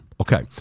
okay